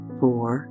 four